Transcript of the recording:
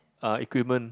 uh equipment